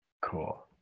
Cool